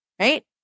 right